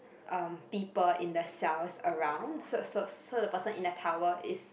um people in the cells around so so so the person in the tower is